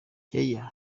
kenya